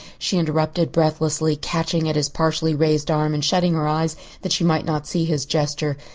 she interrupted breathlessly, catching at his partially raised arm and shutting her eyes that she might not see his gesture.